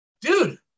dude